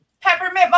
peppermint